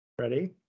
Ready